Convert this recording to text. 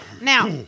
Now